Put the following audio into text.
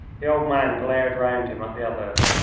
the old man glared round him at the others.